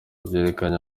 byerekana